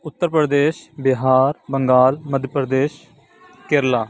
Uttar Pradesh Bihar Bengal Madhya Pradesh Kerala